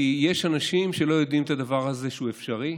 כי יש אנשים שלא יודעים שהדבר הזה הוא אפשרי.